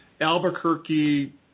Albuquerque